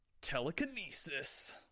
Telekinesis